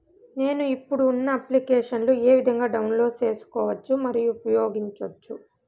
నేను, ఇప్పుడు ఉన్న అప్లికేషన్లు ఏ విధంగా డౌన్లోడ్ సేసుకోవచ్చు మరియు ఉపయోగించొచ్చు?